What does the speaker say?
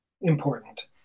important